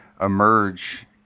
emerge